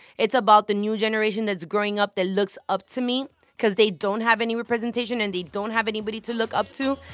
it's about the new generation that's growing up that looks up to me cause they don't have any representation. and they don't have anybody to look up to.